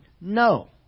No